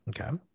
Okay